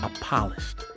polished